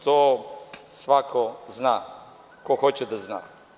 To svako zna, ko hoće da zna.